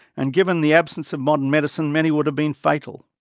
and given the absence of modern medicine, many would have been fatal.